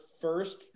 first